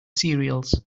cereals